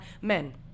Men